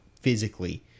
physically